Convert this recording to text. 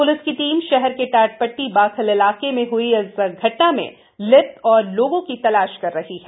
police की टीम शहर के टाटपट्टी बाखल इलाके में हई इस घटना में लिप्त और लोगों की तलाश कर रही है